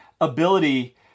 ability